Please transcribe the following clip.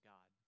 God